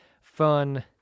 fun